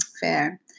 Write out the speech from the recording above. Fair